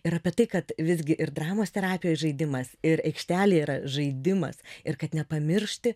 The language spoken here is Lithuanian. ir apie tai kad visgi ir dramos terapijoj žaidimas ir aikštelėj yra žaidimas ir kad nepamiršti